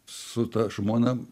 su ta žmona